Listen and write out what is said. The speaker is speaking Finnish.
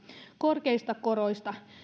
korkeista koroista